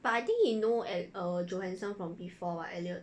but I think he know johnson from before what elliot